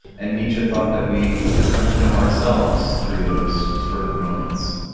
and nietzsche thought that we come to know ourselves through those sort of moments.